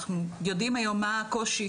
אנחנו יודעים היום מה הקושי,